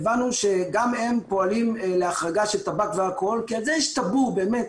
הבנו שגם הם פועלים להחרגה של טבק ואלכוהול כי על זה יש טאבו באמת.